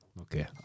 Okay